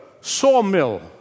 sawmill